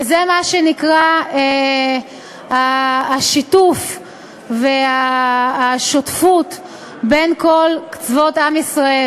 וזה מה שנקרא השיתוף והשותפות בין כל קצוות עם ישראל,